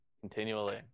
continually